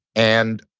and